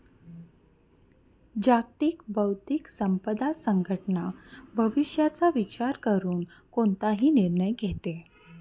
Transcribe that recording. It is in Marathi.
जागतिक बौद्धिक संपदा संघटना भविष्याचा विचार करून कोणताही निर्णय घेते